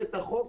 אדוני,